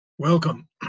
Welcome